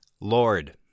Lord